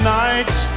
nights